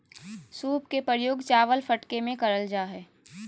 सूप के प्रयोग चावल फटके में करल जा हइ